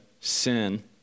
sin